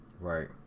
Right